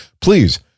please